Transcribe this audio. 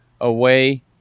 away